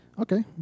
Okay